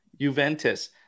juventus